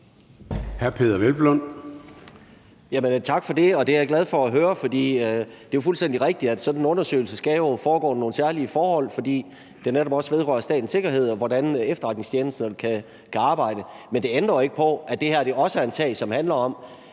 Tak for det. Det er jeg glad for at høre, for det er jo fuldstændig rigtigt, at sådan en undersøgelse skal foregå under nogle særlige forhold, fordi det netop også vedrører statens sikkerhed, og hvordan efterretningstjenesterne kan arbejde. Men det ændrer jo ikke på, at det her også er en sag, som handler om,